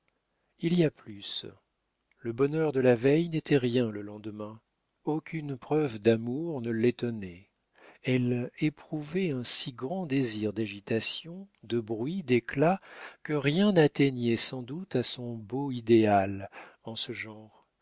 il y a plus le bonheur de la veille n'était rien le lendemain aucune preuve d'amour ne l'étonnait elle éprouvait un si grand désir d'agitation de bruit d'éclat que rien n'atteignait sans doute à son beau idéal en ce genre